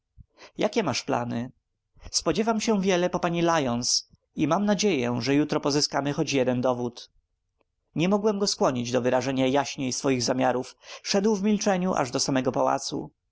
jakie masz plany spodziewam się wiele po pani lyons i mam nadzieję że jutro pozyskamy choć jeden dowód nie mogłem go skłonić do wyrażenia jaśniej swych zamiarów szedł w milczeniu aż do samego pałacu